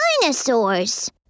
dinosaurs